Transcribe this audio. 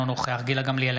אינו נוכח גילה גמליאל,